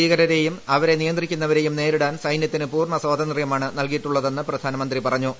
ഭീകരരെയും അവരെ നിയന്ത്രിക്കുന്നവരെയും നേരിടാൻ സൈന്യത്തിന് പൂർണ്ണ സ്വാതന്ത്ര്യമാണ് നൽകിയിട്ടുള്ളതെന്ന് പ്രധാനമന്ത്രി പറഞ്ഞു